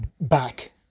back